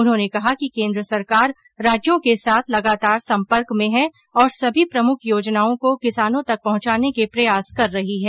उन्होंने कहा कि केन्द्र सरकार राज्यों के साथ लगातार संपर्क में है और सभी प्रमुख योजनाओं को किसानों तक पहुंचाने के प्रयास कर रही है